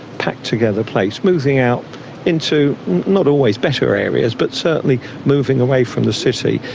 packed-together place, moving out into not always better areas, but certainly moving away from the city.